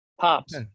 pops